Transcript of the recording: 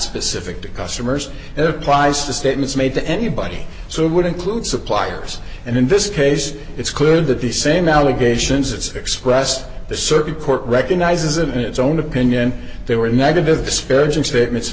specific to customers it applies to statements made to anybody so it would include suppliers and in this case it's clear that the same allegations it's expressed the circuit court recognizes in its own opinion there were negative disparaging statements